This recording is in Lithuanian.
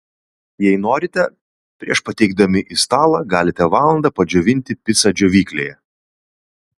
jei norite prieš pateikdami į stalą galite valandą padžiovinti picą džiovyklėje